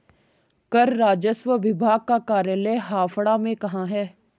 कर राजस्व विभाग का कार्यालय हावड़ा में कहाँ है?